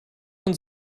von